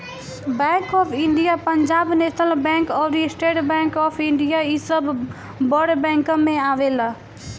bank of India, Punjab national bank अउरी state bank of India इ सब बड़ बैंकन में आवेला